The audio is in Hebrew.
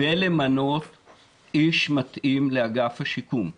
ולמנות איש מתאים לאגף השיקום.